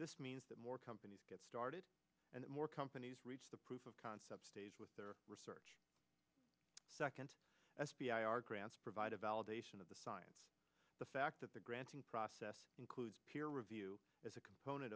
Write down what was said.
this means that more companies get started and more companies reach the proof of concept stage with their research second s p r grants provide a validation of the science the fact that the granting process includes peer review as a component